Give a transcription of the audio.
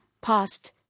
past